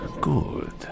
Good